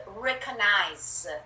recognize